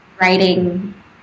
writing